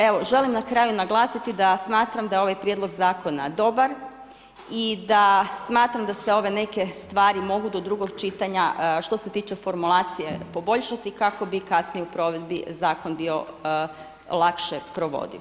Evo želim na kraju naglasiti da smatram da je ovaj prijedlog zakona dobar i da smatram da se ove neke stvari mogu do drugog čitanja što se tiče formulacije poboljšati kako bi kasnije u provedbi zakon bio lakše provodiv.